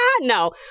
No